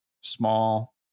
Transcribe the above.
small